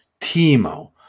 Timo